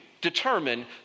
determine